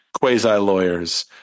quasi-lawyers